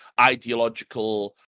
ideological